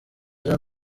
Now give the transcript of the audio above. jean